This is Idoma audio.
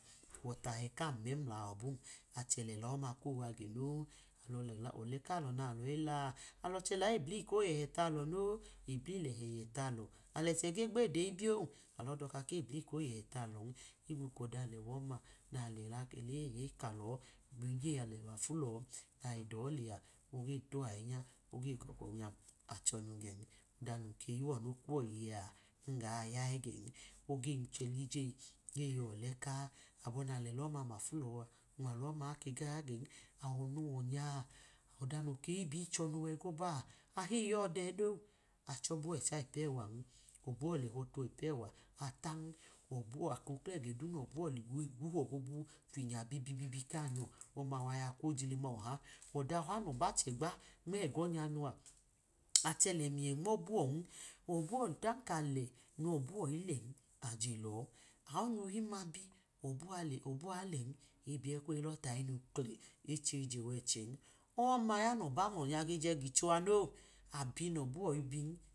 Wọtajẹ kam memla abun, achẹ lẹla oma ọma kowa gẹno, alọ lọ ọle kalọ nayi laa, alọche leble koyẹchẹ talọ noo, ebli nẹhẹ yẹ talọ alẹchẹ ge gbede ibiyon, alọ idọka kebli koyẹhẹ talọn, hgbu kọda alẹwa ọma nalẹla ẹla eyi neka tọọ, miyiyeyi alẹwa fu lọ ledọ lẹa, oge tọ ahinya oge dọ kọnyan ahe chọnu gẹn, o̱da num yuwọ noyi kwuwọ iye a nga ya ẹgẹn, oge chelyeyi ge yọlẹ kaa, abn na lẹla ọma mafu lọ a unwahu ọma okee ga ya gẹn, awọ nọwọnya a, ọda noyi miyichọnu wẹgọbawọ, ahe yọ dẹ no, achọbuwọ ẹcha ipu ewan, ọbuwo, lẹhọ tọ ipu ẹwa atan, ako klẹ ga du nọbuwọ ligwu họ bibibi kwanya kanyọ, ọma waya kojilima ọha, oda ọha noba chẹ gba nmegọ nyanu a achẹ lẹmyẹ nmọbọn, ọbuwo ọdan kale nọbuwọ ilen aje lọ aanya ohinma bi ọbuwa le ọbuwa ilen, ebiye kuwa elọ tayi nu kli, echẹ je wẹchẹn, owọma yu nọba mlọnya ge je gicho a no, abi nọbuwọ ibin.